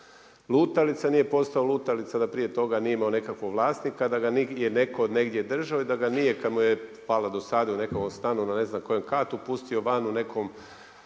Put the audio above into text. lutalica nije postao lutalica da prije toga nije imao nekakvog vlasnika, da ga je neko negdje držao i da nije kada mu je valjda dosadio … na ne znam kojem katu pustio van u nekom